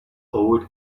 old